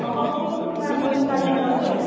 ହଁ ହଉ ଠିକ୍ ଅଛି ମ୍ୟାଡ଼ାମ୍ ତ ମୁଁ କାଲି ଯାଉଛି ଆଉ